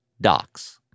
docs